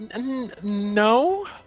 No